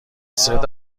زرت